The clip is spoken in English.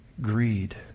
Greed